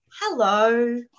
Hello